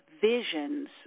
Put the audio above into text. visions